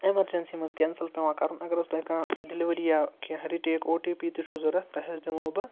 emergency منٛز cancel پٮ۪وان کَرُن اگر حظ تۄہہِ کانٛہہ ڈِلِؤری یا کیٚنٛہہ رٹیک او ٹی پی تہِ چھُو ضوٚرَتھ تۄہہِ حظ دِمو بہٕ